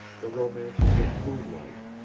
the romances of moonlight,